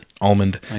Almond